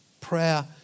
Prayer